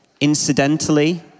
incidentally